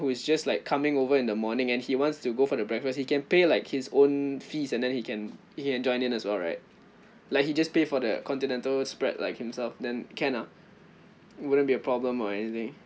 who is just like coming over in the morning and he wants to go for the breakfast he can pay like his own fees and then he can he can join in as well right like he just pay for the continental spread like himself then can ah wouldn't be a problem or anything